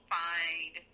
find